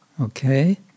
Okay